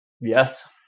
Yes